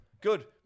Good